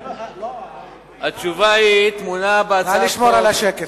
התשובה טמונה בהצעת החוק,